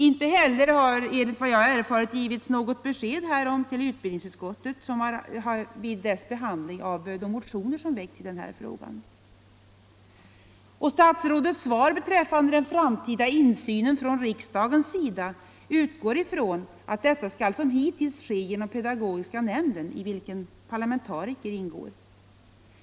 Inte heller har, enligt vad jag erfarit, givits något besked härom till utbildningsutskottet vid dess behandling av Nr 29 de motioner som väckts i denna fråga. Tisdagen den Statsrådets svar beträffande riksdagens framtida insyn utgår från att 4 mars 1975 denna som hittills skall ske genom pedagogiska nämnden i vilken par= I lamentariker ingår.